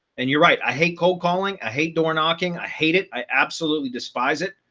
and you're right, i hate cold calling, i hate door knocking i hate it, i absolutely despise it.